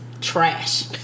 trash